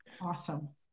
Awesome